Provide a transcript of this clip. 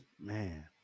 man